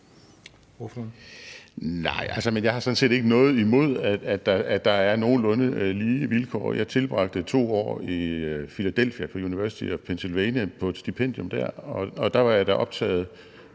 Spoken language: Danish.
Henrik Dahl (LA): Jeg har sådan set ikke noget imod, at der er nogenlunde lige vilkår. Jeg tilbragte 2 år i Philadelphia på University of Pennsylvania på et stipendium, og der var jeg da optaget